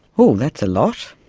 oh, that's a lot!